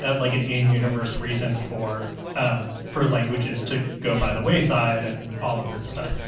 and like, an in-universe reason for for languages to go by the wayside and all of that stuff.